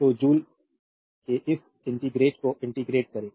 तो जूल के इस इंटेग्रटे को इंटेग्रटे करें